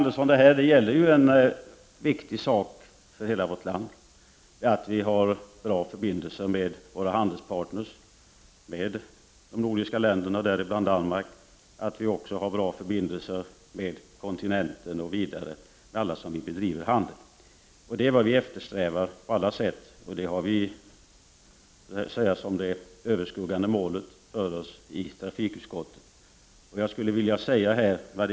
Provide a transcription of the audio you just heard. Detta är ju en viktig fråga för hela vårt land, nämligen att vi har bra förbindelser med våra handelspartners — med de nordiska länderna, däribland Danmark, och även med de länder på kontinenten som vi bedriver handel med. Det är vad vi alla eftersträvar. Det är det helt överskuggande målet för oss i trafikutskottet.